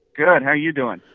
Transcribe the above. good. how are you doing?